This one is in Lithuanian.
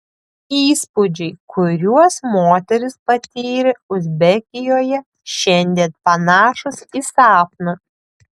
įspūdžiai kuriuos moteris patyrė uzbekijoje šiandien panašūs į sapną